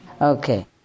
Okay